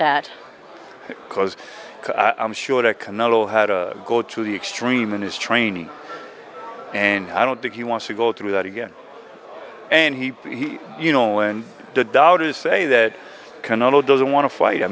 that because i'm sure that cannot all had a go to the extreme in his training and i don't think he wants to go through that again and he he you know and the doubters say that canano doesn't want to fight i